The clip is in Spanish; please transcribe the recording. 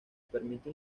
permite